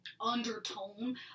undertone